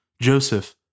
Joseph